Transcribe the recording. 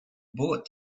bullet